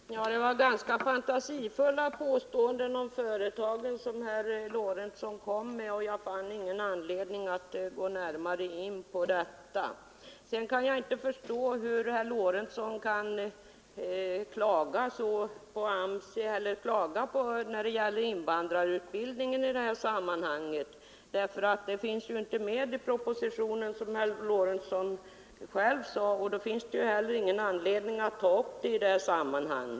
Fru talman! Herr Lorentzon kom med ganska fantasifulla påståenden om företagen, och jag finner ingen anledning att närmare kommentera dessa. Jag kan inte förstå varför herr Lorentzon klagar på invandrarutbildningen i det här sammanhanget. Frågan tas ju, som herr Lorentzon själv sade, inte upp i propositionen och då finns det heller ingen anledning att beröra den nu.